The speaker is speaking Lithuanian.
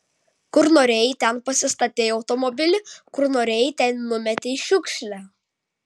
kur norėjai ten pasistatei automobilį kur norėjai ten numetei šiukšlę